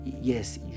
Yes